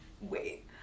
wait